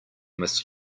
must